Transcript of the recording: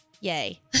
Yay